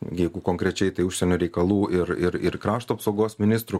jeigu konkrečiai tai užsienio reikalų ir ir krašto apsaugos ministrų